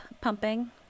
pumping